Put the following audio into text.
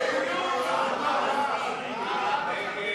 ההצעה שלא לכלול את הנושא בסדר-היום של הכנסת